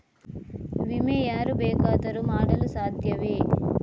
ವಿಮೆ ಯಾರು ಬೇಕಾದರೂ ಮಾಡಲು ಸಾಧ್ಯವೇ?